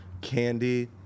candy